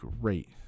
great